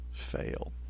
fail